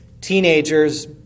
teenager's